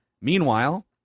Meanwhile